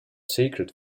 sacred